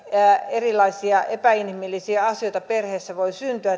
erilaisia epäinhimillisiä asioita perheessä voi syntyä